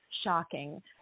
shocking